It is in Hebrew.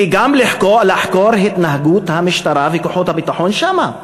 וגם לחקור את התנהגות המשטרה וכוחות הביטחון שם,